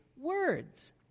words